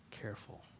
careful